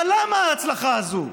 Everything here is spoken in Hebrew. אבל למה ההצלחה הזאת?